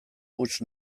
huts